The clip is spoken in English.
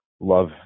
Love